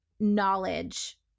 knowledge